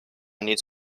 needs